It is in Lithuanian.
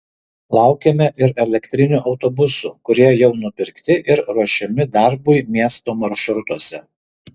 laukiame ir elektrinių autobusų kurie jau nupirkti ir ruošiami darbui miesto maršrutuose